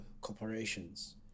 corporations